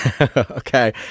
Okay